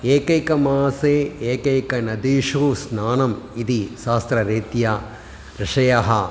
एकैकमासे एकैका नदीषु स्नानम् इति शास्त्ररीत्या ऋषयः